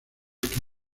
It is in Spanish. que